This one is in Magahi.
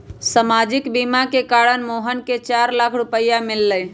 सामाजिक बीमा के कारण मोहन के चार लाख रूपए मिल लय